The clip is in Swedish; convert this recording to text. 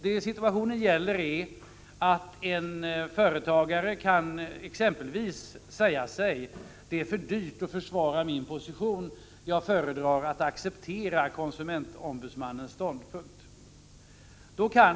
Det handlar här om fall där en företagare exempelvis kan säga sig att det är för dyrt att försvara den egna positionen och därför föredrar att acceptera konsumentombudsmannens ståndpunkt.